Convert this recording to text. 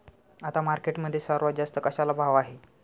आता मार्केटमध्ये सर्वात जास्त कशाला भाव आहे?